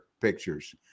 pictures